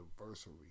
anniversary